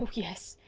yes!